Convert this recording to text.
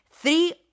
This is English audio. Three